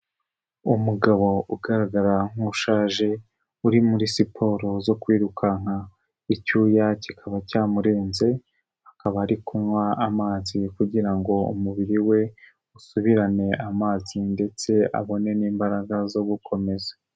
Umugabo ugaragara nk'ushaje, uri muri siporo zo kwirukanka, icyuya kikaba cyamurenze, akaba ari kunywa amazi kugira ngo umubiri we usubirane amazi ndetse abone n'imbaraga zo gukomeza.